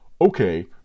Okay